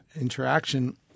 interaction